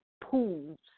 pools